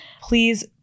Please